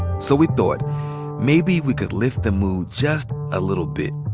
so we thought maybe we could lift the mood just a little bit.